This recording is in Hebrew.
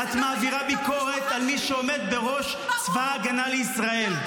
-- את מעבירה הביקורת על מי שעומד בראש צבא ההגנה לישראל.